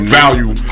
value